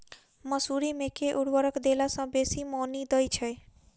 मसूरी मे केँ उर्वरक देला सऽ बेसी मॉनी दइ छै?